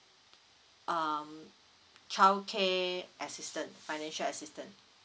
um childcare assistant financial assistant